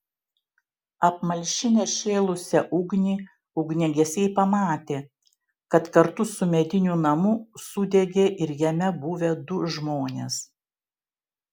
apmalšinę šėlusią ugnį ugniagesiai pamatė kad kartu su mediniu namu sudegė ir jame buvę du žmonės